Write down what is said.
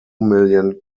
million